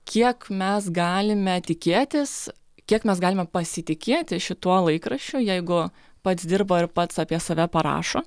kiek mes galime tikėtis kiek mes galime pasitikėti šituo laikraščiu jeigu pats dirba ir pats apie save parašo